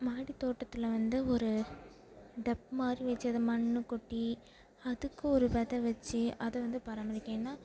மாடி தோட்டத்தில் வந்து ஒரு டப் மாதிரி வைச்சு அதை மண் கொட்டி அதுக்கு ஒரு விதை வைச்சு அதை வந்து பராமரிக்கலாம் ஏன்னால்